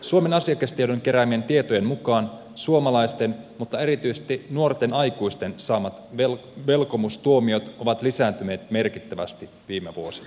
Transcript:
suomen asiakastiedon keräämien tietojen mukaan suomalaisten erityisesti nuorten aikuisten saamat velkomustuomiot ovat lisääntyneet merkittävästi viime vuosina